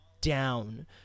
down